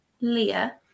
Leah